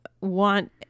want